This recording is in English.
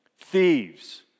thieves